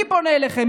אני פונה אליכם.